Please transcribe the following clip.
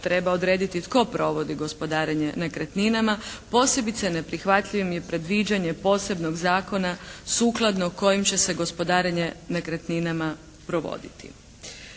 treba odrediti tko provodi gospodarenje nekretninama. Posebice neprihvatljivim je predviđanje posebnog zakona sukladno kojem će se gospodarenje nekretninama provoditi.